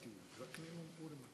תודה.